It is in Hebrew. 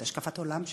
את השקפת העולם שלו,